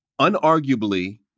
Unarguably